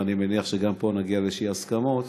ואני מניח שגם פה נגיע לאיזשהן הסכמות